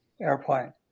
airplane